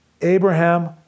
Abraham